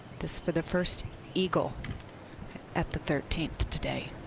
this for the first eagle at the thirteenth today.